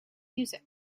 music